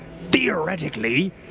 theoretically